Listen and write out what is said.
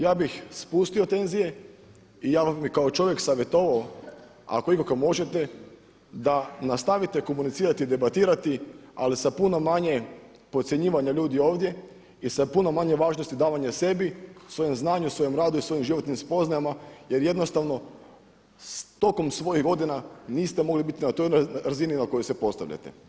Ja bih spustio tenzije i ja vam bih kao čovjek savjetovao ako ikako možete da nastavite komunicirati i debatirati ali sa puno manje podcjenjivanja ljudi ovdje i sa puno manje važnosti davanja sebi svojem znanju, svojem radu i svojim životnim spoznajama jer jednostavno tokom svojih godina niste mogli biti na toj razini na kojoj se postavljate.